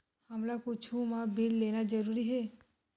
हमला कुछु मा बिल लेना जरूरी हे?